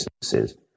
businesses